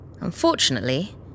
Unfortunately